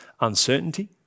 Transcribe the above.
uncertainty